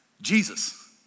Jesus